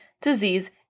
disease